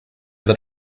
that